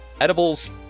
edibles